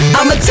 I'ma